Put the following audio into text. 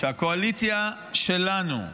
שהקואליציה שלנו,